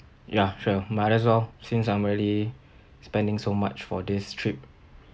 ya sure might as well since I'm already spending so much for this trip